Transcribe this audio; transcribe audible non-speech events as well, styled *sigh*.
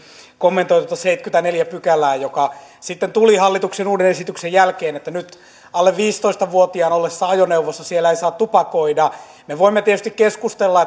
kommentoi tuota seitsemättäkymmenettäneljättä pykälää joka sitten tuli hallituksen uuden esityksen jälkeen että nyt alle viisitoista vuotiaan ollessa ajoneuvossa siellä ei saa tupakoida me voimme tietysti keskustella *unintelligible*